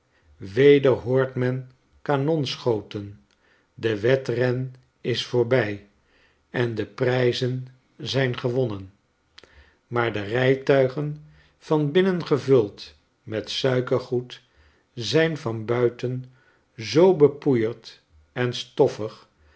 weder hoort men kanonschoten de wedren is voorbi en de prijzen zijn gewonnen maar de rijtuigen van binnen gevuld met suikergoed zijn van buiten zoo bepoeierd en stoffig